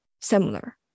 similar